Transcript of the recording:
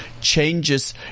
changes